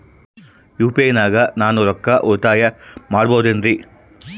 UPI ನಾಗ ನಾನು ರೊಕ್ಕ ಉಳಿತಾಯ ಮಾಡಬಹುದೇನ್ರಿ?